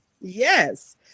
yes